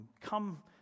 come